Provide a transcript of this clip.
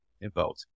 involved